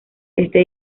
este